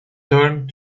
turned